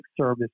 service